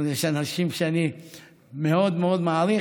יש אנשים שאני מאוד מאוד מעריך,